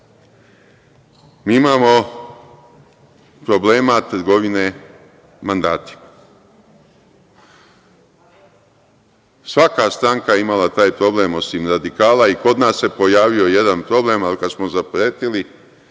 mi imamo problema trgovine mandatima. Svaka stranka je imala taj problem, osim radikala i kod nas se pojavio jedan problem, ali kada smo zapretili